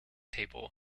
table